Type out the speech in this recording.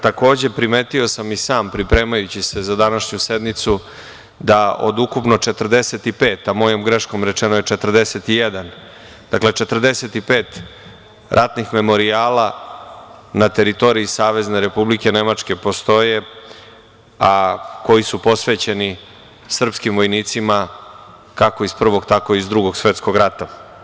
Takođe, primetio sam i sam pripremajući se za današnju sednicu da od ukupno 45, a mojom greškom rečeno je 41, dakle 45 ratnih memorijala na teritoriji Savezne Republike Nemačke postoje koji su posvećeni srpskim vojnicima kako iz Prvog, tako i iz Drugog svetskog rata.